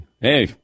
Hey